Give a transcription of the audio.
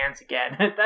again